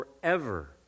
Forever